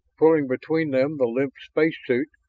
pulling between them the limp space suit,